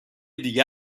دیگه